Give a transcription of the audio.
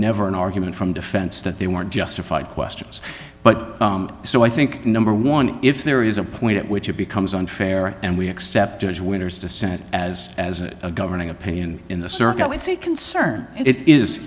never an argument from defense that they weren't justified questions but so i think number one if there is a point at which it becomes unfair and we accept as winners dissent as as a governing opinion in the c